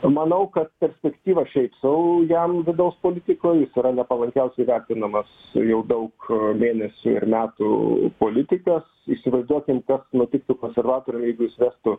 manau kad perspektyva šiaip sau jam vidaus politikoj jis yra nepalankiausiai vertinamas jau daug mėnesių ir metų politikas įsivaizduokim kas nutiktų konservatoriui jeigu jis vestų